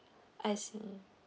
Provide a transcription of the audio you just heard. I see